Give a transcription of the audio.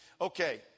Okay